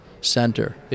center